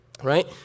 right